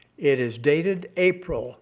it is dated april